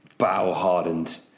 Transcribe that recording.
Battle-hardened